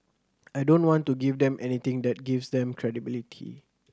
I don't want to give them anything that gives them credibility